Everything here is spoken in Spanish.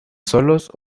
solos